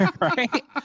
Right